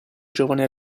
giovane